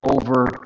over